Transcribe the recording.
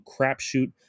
crapshoot